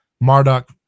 Marduk